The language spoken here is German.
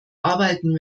arbeiten